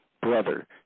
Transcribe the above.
brother